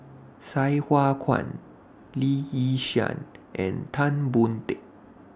Sai Hua Kuan Lee Yi Shyan and Tan Boon Teik